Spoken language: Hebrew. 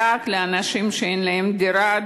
דאג לאנשים שאין להם דירה,